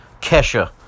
Kesha